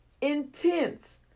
Intense